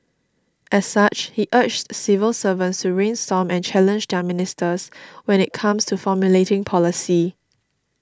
as such he urged civil servants to brainstorm and challenge their ministers when it comes to formulating policy